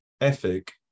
ethic